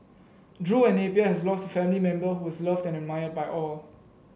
Drew and Napier has lost family member who was loved and admired by all